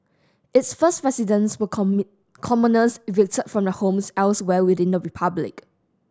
its first residents were commoners evicted from the homes elsewhere within the republic